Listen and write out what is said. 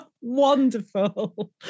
Wonderful